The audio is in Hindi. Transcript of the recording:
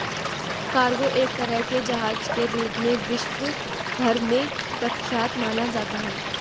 कार्गो एक तरह के जहाज के रूप में विश्व भर में प्रख्यात माना जाता है